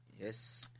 Yes